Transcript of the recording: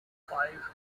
five